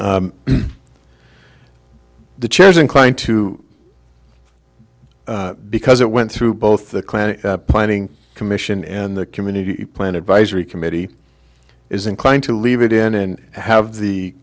the chairs inclined to because it went through both the clan and planning commission and the community plan advisory committee is inclined to leave it in and have the